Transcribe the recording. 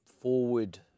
forward